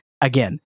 again